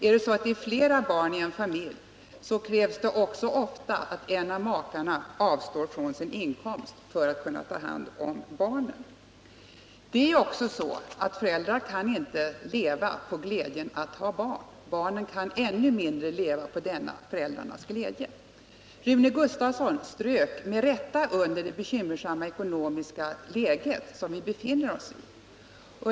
Om det finns flera barn i en familj, så innebär det ofta att en av makarna — Nr 55 måste avstå från sin inkomst för att kunna ta hand om barnen. Vidare kan föräldrarna inte leva av glädjen att ha barn; barnen kan än mindre leva av denna föräldrarnas glädje. Rune Gustavsson strök med rätta under det bekymmersamma ekonomiska läge som vi befinner oss i.